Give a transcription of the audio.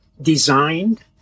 designed